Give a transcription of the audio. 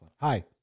Hi